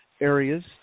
areas